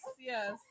Yes